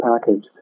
package